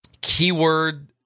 keyword